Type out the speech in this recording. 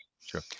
Sure